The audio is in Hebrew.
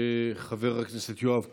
חבר הכנסת יואב קיש,